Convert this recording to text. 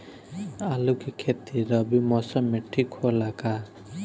आलू के खेती रबी मौसम में ठीक होला का?